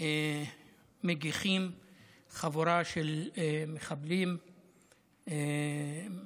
מגיחה חבורה של מחבלים מתנחלים,